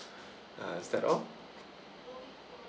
uh is that all